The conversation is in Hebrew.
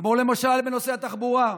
כמו למשל בנושא התחבורה.